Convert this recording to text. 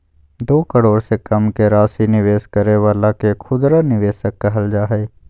दो करोड़ से कम के राशि निवेश करे वाला के खुदरा निवेशक कहल जा हइ